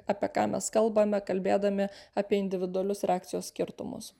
apie ką mes kalbame kalbėdami apie individualius reakcijos skirtumus